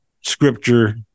Scripture